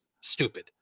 stupid